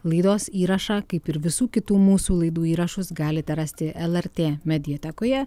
laidos įrašą kaip ir visų kitų mūsų laidų įrašus galite rasti lrt mediatekoje